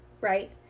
right